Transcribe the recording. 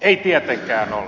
ei tietenkään ole